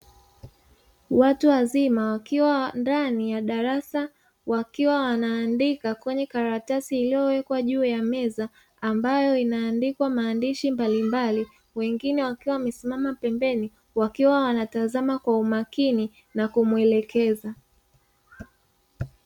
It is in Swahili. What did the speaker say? Watu wazima wakiwa ndani ya darasa, wakiwa wanaandika kwenye karatasi iliyowekwa juu ya meza, ambayo inaandikwa maandishi mbalimbali, wengine wakiwa wamesimama pembeni wakiwatazama kwa umakini na kuwashauri.